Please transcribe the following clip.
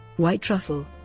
white truffle